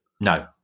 No